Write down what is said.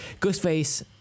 Ghostface